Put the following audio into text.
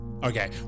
Okay